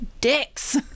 dicks